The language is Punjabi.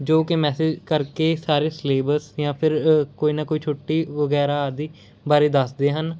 ਜੋ ਕਿ ਮੈਸੇਜ ਕਰਕੇ ਸਾਰੇ ਸਿਲੇਬਸ ਜਾਂ ਫਿਰ ਕੋਈ ਨਾ ਕੋਈ ਛੁੱਟੀ ਵਗੈਰਾ ਆਦਿ ਬਾਰੇ ਦੱਸਦੇ ਹਨ